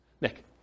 Nick